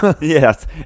Yes